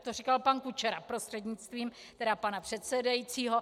To říkal pan Kučera, prostřednictvím pana předsedajícího.